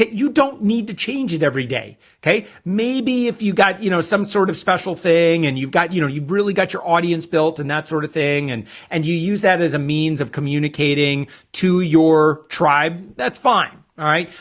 you don't need to change it every day okay, maybe if you got you know some sort of special thing and you've got you know you've really got your audience built and that sort of thing and and you use that as a means of communicating to your tribe that's fine all right,